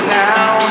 now